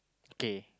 okay